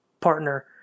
partner